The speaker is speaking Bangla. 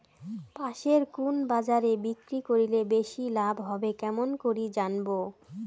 পাশের কুন বাজারে বিক্রি করিলে বেশি লাভ হবে কেমন করি জানবো?